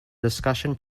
discussion